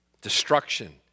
Destruction